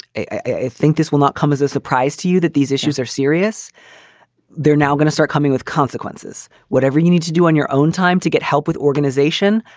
i think this will not come as a surprise to you that these issues are serious they're now going to start coming with consequences. whatever you need to do on your own time to get help with organization,